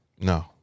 No